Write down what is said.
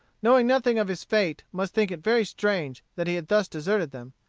knowing nothing of his fate, must think it very strange that he had thus deserted them,